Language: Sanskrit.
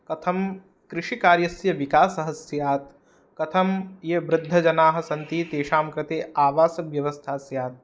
कथं कृषिकार्यस्य विकासः स्यात् कथं ये वृद्धजनाः सन्ति तेषां कृते आवासव्यवस्था स्यात्